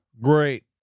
Great